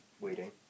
Waiting